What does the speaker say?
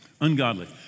ungodly